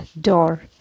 Door